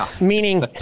Meaning